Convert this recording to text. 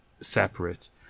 separate